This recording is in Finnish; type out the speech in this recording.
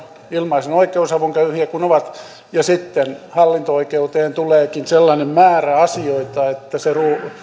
ilmaisen oikeusavun köyhiä kun ovat ja sitten hallinto oikeuteen tuleekin sellainen määrä asioita että se